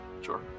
Sure